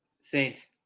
Saints